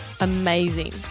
amazing